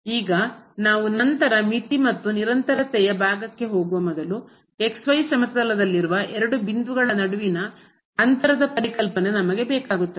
ಈಗ ನಾವು ನಂತರ ಮಿತಿ ಮತ್ತು ನಿರಂತರತೆಯ ಭಾಗಕ್ಕೆ ಹೋಗುವ ಮೊದಲು ಸಮತಲದಲ್ಲಿರುವ ಎರಡು ಬಿಂದುಗಳ ನಡುವಿನ ಅಂತರದ ಪರಿಕಲ್ಪನೆ ನಮಗೆ ಬೇಕಾಗುತ್ತದೆ